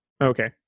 Okay